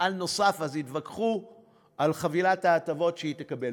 מפעל נוסף, אז התווכחו על חבילת ההטבות שהיא תקבל.